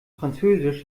französisch